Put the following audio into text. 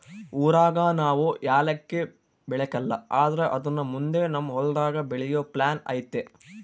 ಊರಾಗ ನಾವು ಯಾಲಕ್ಕಿ ಬೆಳೆಕಲ್ಲ ಆದ್ರ ಅದುನ್ನ ಮುಂದೆ ನಮ್ ಹೊಲದಾಗ ಬೆಳೆಯೋ ಪ್ಲಾನ್ ಐತೆ